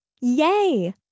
Yay